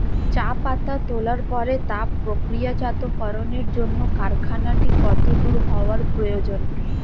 চা পাতা তোলার পরে তা প্রক্রিয়াজাতকরণের জন্য কারখানাটি কত দূর হওয়ার প্রয়োজন?